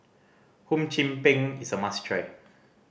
Hum Chim Peng is a must try